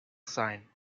sign